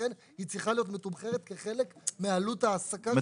לכן היא צריכה להיות מתומחרת כחלק מעלות העסקה.